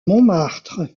montmartre